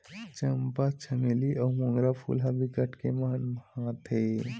चंपा, चमेली अउ मोंगरा फूल ह बिकट के ममहाथे